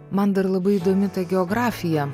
man dar labai įdomi ta geografija